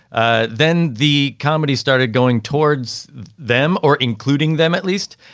ah then the comedy started going towards them or including them at least.